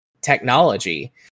technology